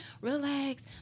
relax